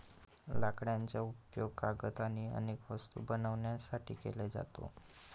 लाकडाचा उपयोग कागद आणि अनेक वस्तू बनवण्यासाठी केला जातो